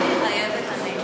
מתחייבת אני